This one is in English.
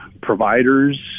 providers